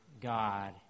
God